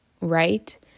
right